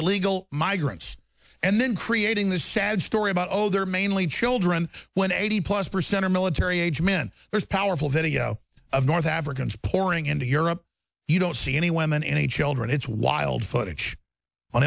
illegal migrants and then creating this sad story about oh they're mainly children when eighty plus percent are military age men there's powerful video of north africans pouring into europe you don't see any women any children it's wild footage on